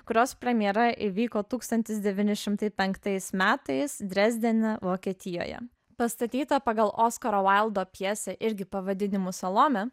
kurios premjera įvyko tūkstantis devyni šimtai penktais metais drezdene vokietijoje pastatyta pagal oskaro vaildo pjesę irgi pavadinimu salomė